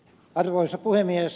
arvoisa puhemies